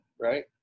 right